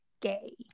gay